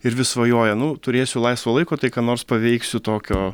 ir vis svajoja nu turėsiu laisvo laiko tai ką nors paveiksiu tokio